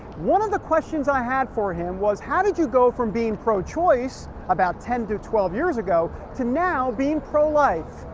one of the questions i had for him was, how did you go from being pro-choice about ten to twelve years to now being pro-life?